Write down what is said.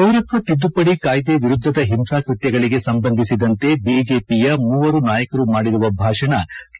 ಪೌರತ್ವ ತಿದ್ಲುಪಡಿ ಕಾಯ್ಲೆ ವಿರುದ್ದದ ಹಿಂಸಾಕ್ಷತ್ನಗಳಿಗೆ ಸಂಬಂಧಿಸಿದಂತೆ ಬಿಜೆಪಿಯ ಮೂವರು ನಾಯಕರು ಮಾಡಿರುವ ಭಾಷಣ